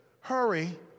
hurry